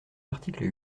l’article